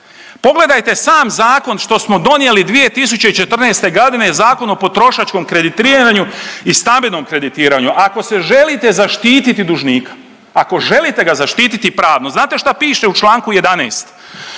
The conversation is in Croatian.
pogledajte sam zakon što smo donijeli 2014.g. Zakon o potrošačkom kreditiranju i stambenom kreditiranju, ako se želite zaštiti dužnika, ako želite ga zaštiti pravno znate šta piše u čl. 11.,